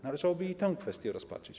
Należałoby i tę kwestię rozpatrzyć.